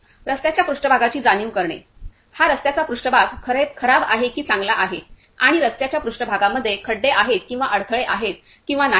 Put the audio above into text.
रस्त्याच्या पृष्ठभागाची जाणीव करणे हा रस्त्याचा पृष्ठभाग खराब आहे की चांगला आहे आणि रस्त्याच्या पृष्ठभागामध्ये खड्डे आहेत किंवा अडथळे आहेत किंवा नाही